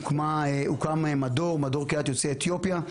הוקם מדור קהילת יוצאי אתיופיה,